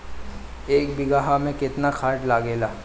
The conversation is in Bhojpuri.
एक बिगहा में केतना खाद लागेला?